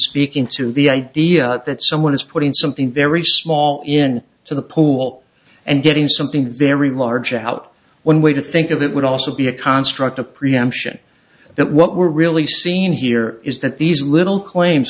speaking to the idea that someone is putting something very small in the pool and getting something very large out one way to think of it would also be a construct of preemption that what we're really seen here is that these little claims